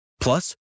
Plus